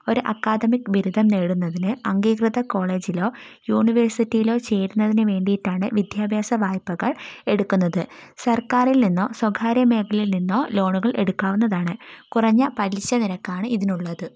ഒരു അക്കാദമിക്ക് ബിരുദം നേടുന്നതിന് അംഗീകൃത കോളേജിലോ യൂണിവേഴ്സിറ്റിയിലോ ചേരുന്നതിന് വേണ്ടിയിട്ടാണ് വിദ്യാഭ്യാസ വായ്പകൾ എടുക്കുന്നത് സർക്കാരിൽ നിന്നോ സ്വകാര്യ മേഖലയിൽ നിന്നോ ലോണുകൾ എടുക്കാവുന്നതാണ് കുറഞ്ഞ പലിശ നിരക്കാണ് ഇതിനുള്ളത്